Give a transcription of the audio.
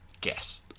Guess